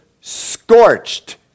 scorched